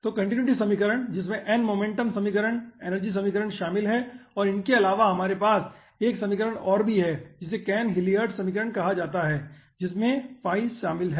तो कन्टीन्युटी समीकरण जिसमें n मोमेंटम समीकरण एनर्जी समीकरण शामिल है और इनके अलावा हमारे पास 1 समीकरण और भी हैं जिसे कैन हिलियर्ड समीकरण कहा जाता है जिसमें शामिल है